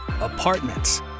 apartments